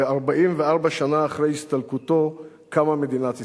ו-44 שנה אחרי הסתלקותו קמה מדינת ישראל.